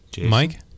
Mike